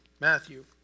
Matthew